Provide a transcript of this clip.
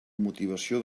motivació